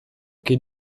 che